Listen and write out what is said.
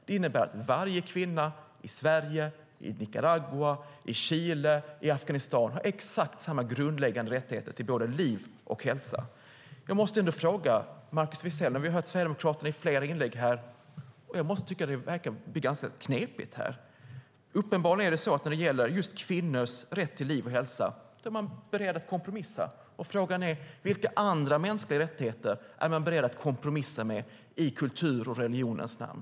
Det innebär att varje kvinna i Sverige, i Nicaragua, i Chile eller i Afghanistan har exakt samma grundläggande rättigheter till både liv och hälsa. Nu har vi i flera inlägg här hört Sverigedemokraterna föra ett resonemang som verkar ganska knepigt. Uppenbarligen är man beredd att kompromissa just när det gäller kvinnors liv och hälsa. Frågan till Sverigedemokraterna är då: Vilka andra mänskliga rättigheter är man beredd att kompromissa med i kulturens och religionens namn?